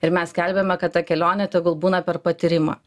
ir mes skelbiame kad ta kelionė tegul būna per patyrimą